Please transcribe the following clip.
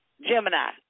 Gemini